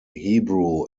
hebrew